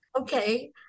Okay